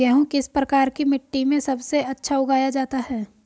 गेहूँ किस प्रकार की मिट्टी में सबसे अच्छा उगाया जाता है?